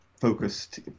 focused